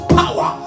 power